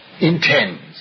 intends